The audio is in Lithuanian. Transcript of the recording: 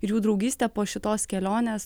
ir jų draugystė po šitos kelionės